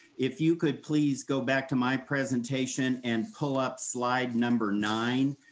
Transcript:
if you could please go back to my presentation and pull up slide number nine,